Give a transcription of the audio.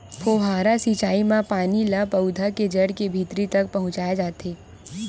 फव्हारा सिचई म पानी ल पउधा के जड़ के भीतरी तक पहुचाए जाथे